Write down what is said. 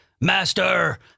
master